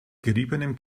geriebenem